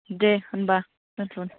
दे होनबा दोन्थ'दो